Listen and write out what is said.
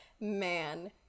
Man